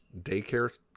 daycare